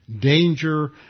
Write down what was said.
danger